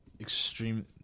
extreme